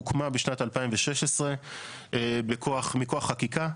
הוקמה בשנת 2016 מכוח חקיקה.